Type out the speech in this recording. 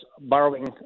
borrowing